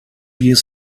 years